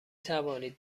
توانید